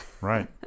Right